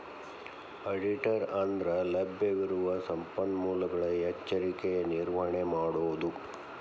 ಆಡಿಟರ ಅಂದ್ರಲಭ್ಯವಿರುವ ಸಂಪನ್ಮೂಲಗಳ ಎಚ್ಚರಿಕೆಯ ನಿರ್ವಹಣೆ ಮಾಡೊದು